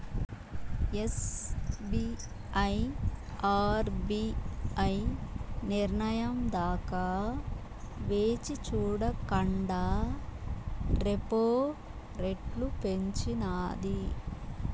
SBI RBI నిర్నయం దాకా వేచిచూడకండా రెపో రెట్లు పెంచినాది